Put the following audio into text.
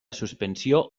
suspensió